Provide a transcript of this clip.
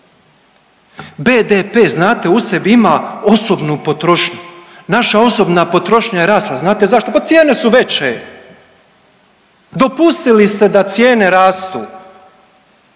BDP znate u sebi ima osobnu potrošnju. Naša osobna potrošnja je rasla. Znate zašto? Pa cijene su veće. Dopustili ste da cijene rastu